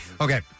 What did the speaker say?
Okay